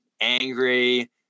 angry